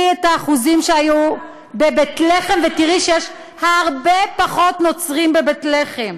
קחי את האחוזים שהיו בבית לחם ותראי שיש הרבה פחות נוצרים בבית לחם,